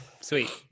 Sweet